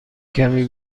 کمی